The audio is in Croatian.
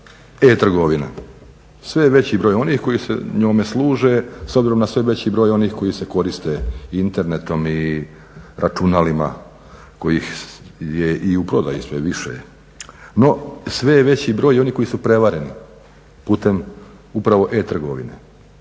e-trgovina. Sve je veći broj onih koji se njome služe s obzirom na sve veći broj onih koji se koriste internetom i računalima kojih je i u prodaji sve više. No sve je veći broj i onih koji su prevareni putem upravo e-trgovine.